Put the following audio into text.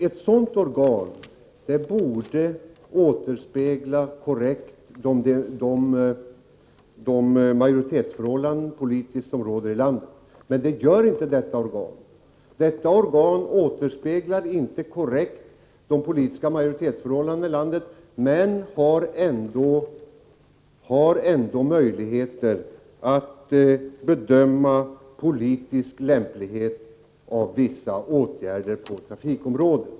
Ett sådant organ borde korrekt återspegla de politiska majoritetsförhållanden som råder i landet. Det gör inte detta organ, men det har ändå möjlighet att göra politiska bedömningar om lämpligheten av vissa åtgärder på trafikområdet.